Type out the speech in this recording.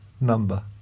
number